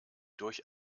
durch